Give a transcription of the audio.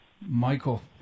Michael